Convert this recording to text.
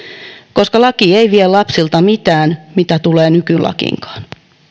koska laki ei vie lapsilta mitään mitä tulee nykylakiinkaan